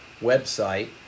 website